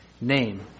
name